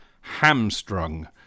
Hamstrung